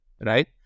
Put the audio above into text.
right